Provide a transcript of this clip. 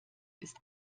ist